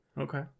okay